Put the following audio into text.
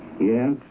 Yes